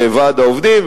וועד העובדים,